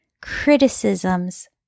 Criticisms